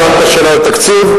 שאלת שאלה על תקציב.